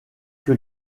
que